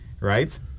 right